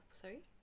sorry